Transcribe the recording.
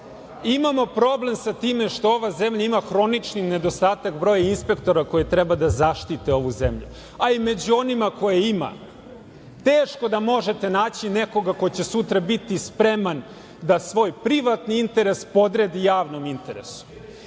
Imamo problem sa time što ova zemlja ima hronični nedostatak broja inspektora koji treba da zaštite ovu zemlju, a i među onima koje ima, teško da možete naći nekoga ko će sutra biti spreman da svoj privatni interes podredi javnom interesu. Problem